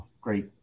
great